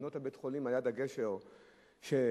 לבנות את בית-החולים ליד הגשר שקרס,